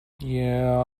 yeah